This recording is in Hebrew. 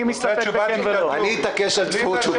אני מבקש שתצהיר בשם